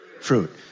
Fruit